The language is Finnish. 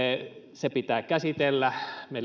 se pitää käsitellä me